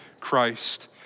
Christ